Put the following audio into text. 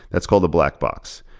that's called the black box.